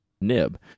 nib